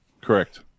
correct